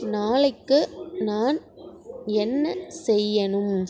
நாளைக்கு நான் என்ன செய்யணும்